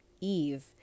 Eve